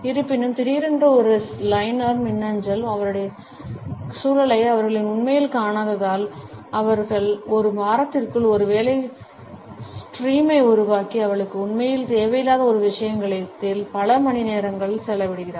இருப்பினும் திடீரென்று ஒரு லைனர் மின்னஞ்சல் அவளுடைய சூழலை அவர்கள் உண்மையில் காணாததால் அவர்கள் ஒரு வாரத்திற்குள் ஒரு வேலை ஸ்ட்ரீமை உருவாக்கி அவளுக்கு உண்மையில் தேவையில்லாத ஒரு விஷயத்தில் பல மணிநேரங்கள் செலவிடுகிறார்கள்